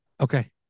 Okay